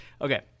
okay